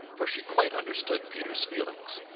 for she quite understood peter's feelings,